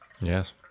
Yes